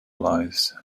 lives